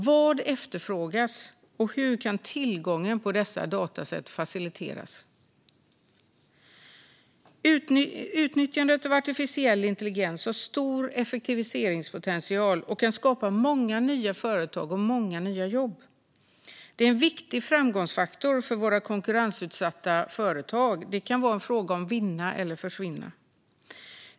Vad efterfrågas, och hur kan tillgången på dessa dataset faciliteras? Utnyttjandet av artificiell intelligens har stor effektiviseringspotential och kan skapa många nya företag och många nya jobb. Det är en viktig framgångsfaktor för våra konkurrensutsatta företag; det kan vara en fråga om att vinna eller försvinna.